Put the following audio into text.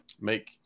make